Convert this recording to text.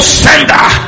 sender